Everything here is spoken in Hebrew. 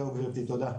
תודה.